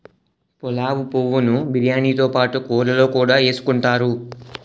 పులావు పువ్వు ను బిర్యానీతో పాటు కూరల్లో కూడా ఎసుకుంతారు